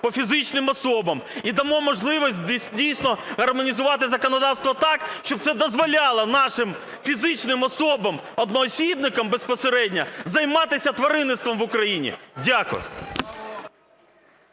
по фізичних особах, і дамо можливість дійсно гармонізувати законодавство так, щоб це дозволяло нашим фізичним особам – одноосібникам безпосередньо займатися тваринництвом в Україні. Дякую.